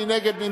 מי נגד?